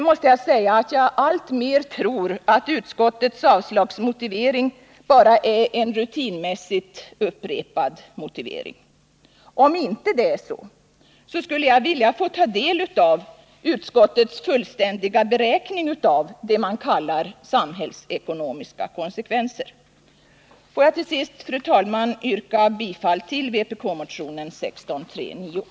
F. ö. tror jag allt mer att utskottets motivering för avstyrkandet bara är en rutinmässigt upprepad motivering. Om så inte är fallet, skulle jag vilja få ta del av utskottets fullständiga beräkning av de s.k. samhällsekonomiska konsekvenserna. Låt mig till sist, fru talman, yrka bifall till vpk-motionen 1639.